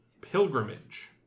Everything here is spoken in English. Pilgrimage